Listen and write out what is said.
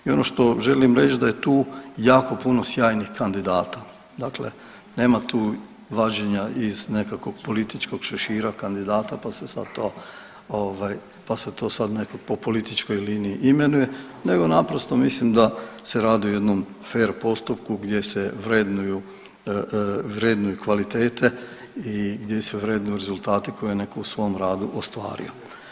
I ono što želim reć da je tu jako puno sjajnih kandidata, dakle nema tu vađenja iz nekakvog političkog šešira kandidata pa se sad to pa se to sad neko po političkoj liniji imenuje nego naprosto mislim da se radi o jednom fer postupku gdje se vrednuju kvalitete i gdje se vrednuju rezultati koje je neko u svom radu ostvario.